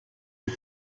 die